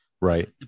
right